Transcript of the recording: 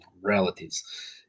relatives